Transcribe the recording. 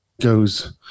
goes